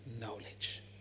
knowledge